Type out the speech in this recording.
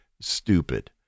stupid